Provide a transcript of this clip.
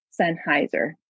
Sennheiser